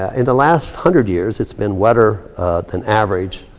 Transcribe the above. ah in the last hundred years, it's been wetter than average